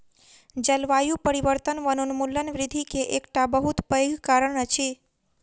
जलवायु परिवर्तन वनोन्मूलन वृद्धि के एकटा बहुत पैघ कारण अछि